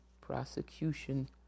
prosecution